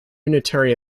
unitary